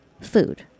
food